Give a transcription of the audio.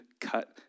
cut